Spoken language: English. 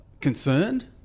concerned